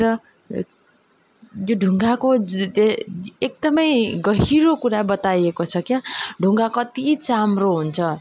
र त्यो ढुङ्गाको एकदम गहिरो कुरा बताएको छ क्या ढुङ्गा कति चाम्रो हुन्छ